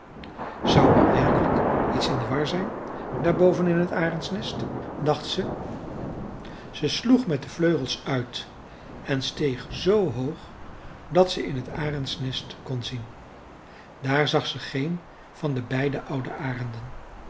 zou er werkelijk iets in de war zijn daar boven in het arendsnest dacht ze ze sloeg met de vleugels uit en steeg zoo hoog dat ze in het arendsnest kon zien daar zag ze geen van de beide oude arenden